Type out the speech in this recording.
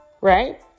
right